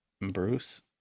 Bruce